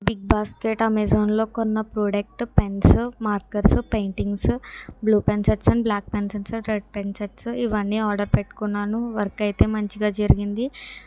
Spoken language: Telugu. బిగ్ బాస్కెట్ అమెజాన్లో కొన్న product pens markers paintings blue pen sets and black pen sets and red pen sets ఇవన్నీ ఆర్డర్ పెట్టుకున్నాను వర్క్ అయితే మంచిగా జరిగింది